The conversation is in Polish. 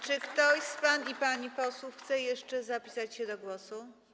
Czy ktoś z pań i panów posłów chce jeszcze zapisać się do głosu?